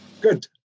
Good